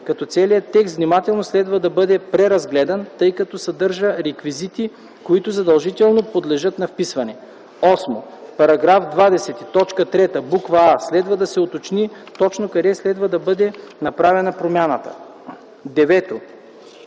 като целият текст внимателно следва да бъде преразгледан, тъй като съдържа реквизити, които задължително подлежат на вписване. 8. В § 20, т. 3, буква „а” следва да се уточни точно къде следва да бъде направена промяната. 9.